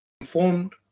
informed